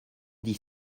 dix